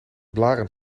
blaren